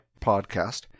podcast